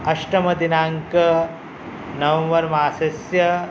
अष्टमदिनाङ्कः नवम्बर् मासस्य